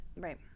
Right